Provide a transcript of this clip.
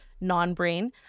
non-brain